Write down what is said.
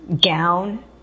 gown